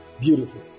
Beautiful